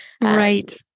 Right